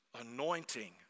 Anointing